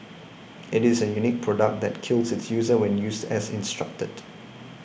it is a unique product that kills its user when used as instructed